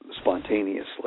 spontaneously